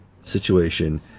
situation